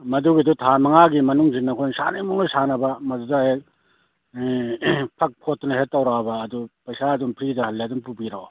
ꯃꯗꯨꯒꯤꯗꯨ ꯊꯥ ꯃꯉꯥꯒꯤ ꯃꯅꯨꯡꯁꯤ ꯅꯈꯣꯏꯅ ꯁꯥꯟꯅꯅꯤꯡꯕ ꯃꯑꯣꯡꯗ ꯁꯥꯟꯅꯕ ꯃꯗꯨꯗ ꯍꯦꯛ ꯐꯛ ꯈꯣꯠꯇꯅ ꯍꯦꯛ ꯇꯧꯔꯛꯑꯕ ꯑꯗꯨ ꯄꯩꯁꯥ ꯑꯗꯨꯝ ꯐ꯭ꯔꯤꯗ ꯍꯜꯂꯦ ꯑꯗꯨꯝ ꯄꯨꯕꯤꯔꯛꯑꯣ